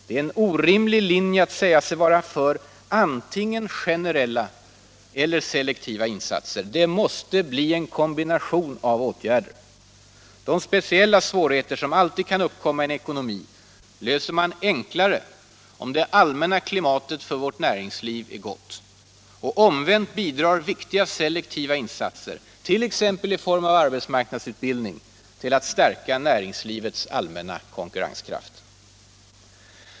Det är orimligt att säga sig vara för antingen generella eller selektiva insatser. Det blir ofta en kombination av åtgärder. De speciella svårigheter som alltid kan uppkomma i en ekonomi löser man enklare om det allmänna klimatet för vårt näringsliv är gott. Omvänt bidrar viktiga selektiva insatser, t.ex. i form av arbetsmarknadsutbildning, till att stärka näringslivets allmänna konkurrenskraft.